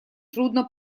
трудно